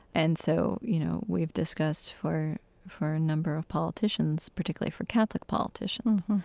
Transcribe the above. and so, you know, we've discussed for for a number of politicians, particularly for catholic politicians,